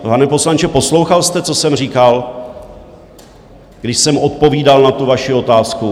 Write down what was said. Pane poslanče, poslouchal jste, co jsem říkal, když jsem odpovídal na vaši otázku?